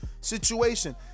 situation